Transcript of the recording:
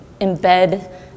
embed